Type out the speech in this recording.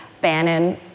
Bannon